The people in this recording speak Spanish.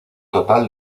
total